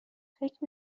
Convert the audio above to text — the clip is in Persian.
فکر